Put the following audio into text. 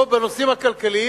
או בנושאים הכלכליים,